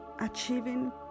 Achieving